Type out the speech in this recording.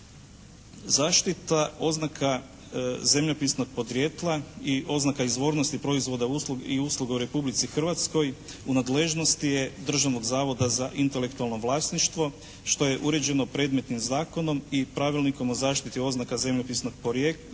zaštita oznaka zemljopisnog podrijetla i oznaka izvornosti proizvoda i usluga u Republici Hrvatskoj u nadležnosti je Državnog zavoda za intelektualno vlasništvo što je uređeno predmetnim zakonom i Pravilnikom o zaštiti oznaka zemljopisnog porijekla